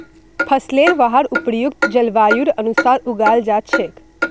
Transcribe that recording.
फसलेर वहार उपयुक्त जलवायुर अनुसार उगाल जा छेक